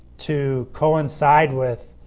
to coincide with